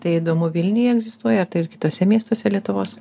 tai įdomu vilniuj egzistuoja ar tai ir kituose miestuose lietuvos